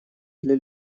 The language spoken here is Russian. для